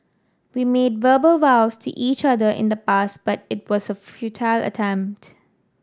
we made verbal vows to each other in the past but it was a futile attempt